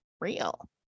real